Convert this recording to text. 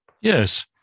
Yes